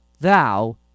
thou